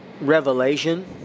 revelation